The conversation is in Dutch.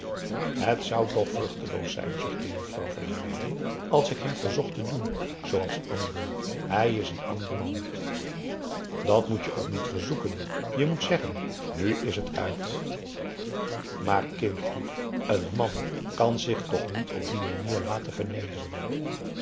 het zou toch vruchteloos zijn zuchtte mevrouw van herwijnen als ik hem verzocht te doen zooals anderen hij is een ander man dat moet je ook niet verzoeken je moet zeggen nu is het uit maar kindlief een man kan zich toch niet op die manier laten vernederen